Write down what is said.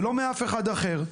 ולא מאף אחד אחר,